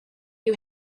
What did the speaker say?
you